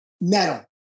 Metal